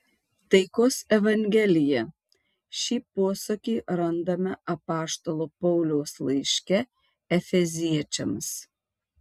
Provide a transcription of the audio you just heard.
taikos evangelija šį posakį randame apaštalo pauliaus laiške efeziečiams